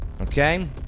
okay